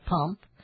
pump